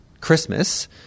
Christmas